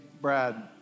Brad